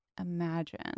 imagine